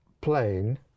plane